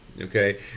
Okay